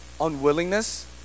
unwillingness